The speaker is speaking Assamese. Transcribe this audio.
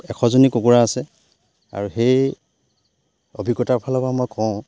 এশজনী কুকুৰা আছে আৰু সেই অভিজ্ঞতাৰ ফালৰ পৰা মই কওঁ